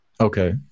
Okay